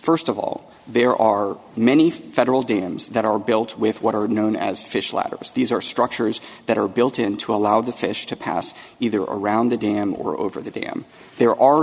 first of all there are many federal dams that are built with what are known as fish ladders these are structures that are built in to allow the fish to pass either around the dam or over the dam there are